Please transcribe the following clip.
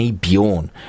Bjorn